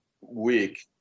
week